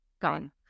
Gone